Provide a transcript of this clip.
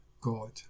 God